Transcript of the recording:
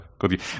good